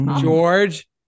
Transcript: George